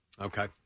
Okay